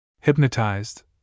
Hypnotized